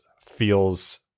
feels